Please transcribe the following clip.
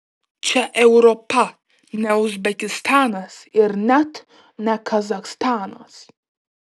čia europa ne uzbekistanas ir net ne kazachstanas